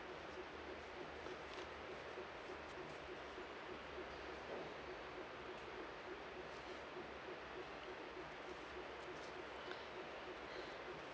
mm